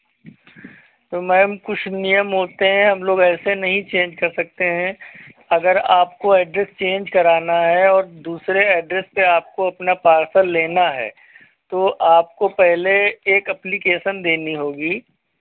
तो मैम कुछ नियम होते हैं हम लोग ऐसे नहीं चेंज कर सकते हैं अगर आपको ऐड्रेस चेंज कराना है और दूसरे ऐड्रेस पे आपको अपना पार्सल लेना है तो आपको पहले एक एप्लीकेशन देनी होगी